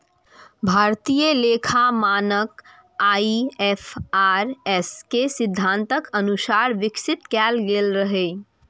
भारतीय लेखा मानक आई.एफ.आर.एस के सिद्धांतक अनुसार विकसित कैल गेल रहै